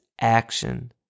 action